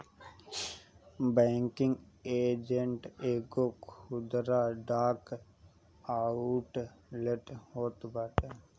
banking agent एगो खुदरा डाक आउटलेट होत बाटे